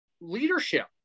leadership